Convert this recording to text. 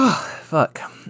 Fuck